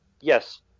yes